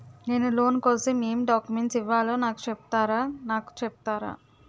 నేను లోన్ కోసం ఎం డాక్యుమెంట్స్ ఇవ్వాలో నాకు చెపుతారా నాకు చెపుతారా?